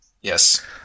Yes